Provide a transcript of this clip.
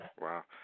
wow